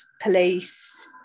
police